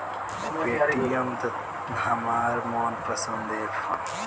Paytm त हमार मन पसंद ऐप ह